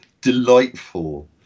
delightful